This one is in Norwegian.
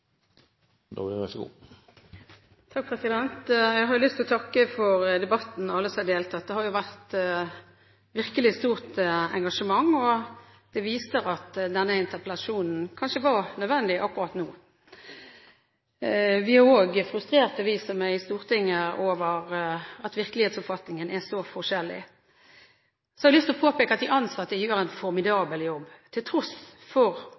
på nytt. Så nettopp sett ut fra maritime synsvinkler står det ikke helt bra til med omstillingen ved Oslo universitetssykehus. Jeg har lyst til å takke alle som har deltatt i debatten. Det har virkelig vært et stort engasjement. Det viser at denne interpellasjonen kanskje var nødvendig akkurat nå. Vi som er i Stortinget, er også frustrerte over at virkelighetsoppfatningen er så forskjellig. Jeg har lyst til å påpeke at de ansatte gjør en